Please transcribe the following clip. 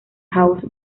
house